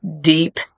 deep